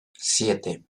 siete